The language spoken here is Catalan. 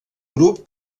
grup